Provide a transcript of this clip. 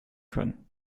können